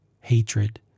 hatred